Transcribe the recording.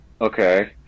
Okay